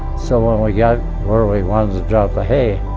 so when we got where we wanted to drop the hay,